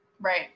Right